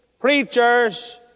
preachers